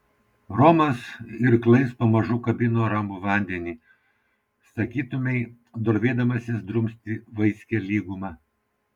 romas irklais pamažu kabino ramų vandenį sakytumei drovėdamasis drumsti vaiskią lygumą